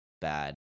bad